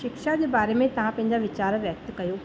शिक्षा जे बारे में तव्हां पंहिंजा विचार व्यक्त कयो